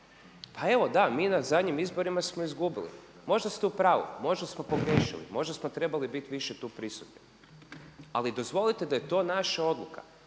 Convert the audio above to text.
Pa evo da, mi na zadnjim izborima smo izgubili, možda ste u pravu, možda smo pogriješili, možda smo trebali biti više tu prisutni. Ali dozvolite da je to naša odluka.